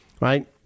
right